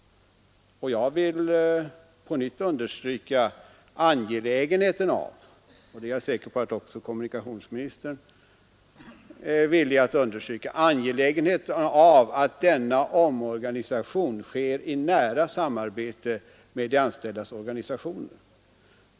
Jag vill på nytt understryka angelägenheten av det är jag säker på att även kommunikationsministern är villig att understryka — att denna omorganisation sker i nära samarbete med de anställdas organisationer.